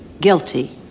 guilty